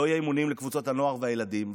ולא יהיו אימונים לקבוצות הנוער והילדים.